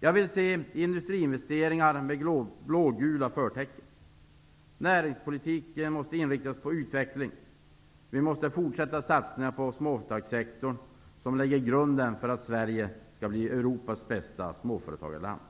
Jag vill se industriinvesteringar med blå-gula förtecken. Näringspolitiken måste vara inriktad på utveckling. Fortsatta satsningar på småföretagssektorn lägger grunden för Sverige som Europas bästa småföretagarland.